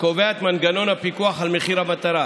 קובע את מנגנון הפיקוח על מחיר המטרה,